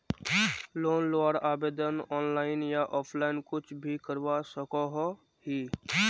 Loan लुबार आवेदन online या ऑफलाइन कुछ भी करवा सकोहो ही?